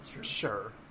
Sure